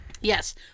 Yes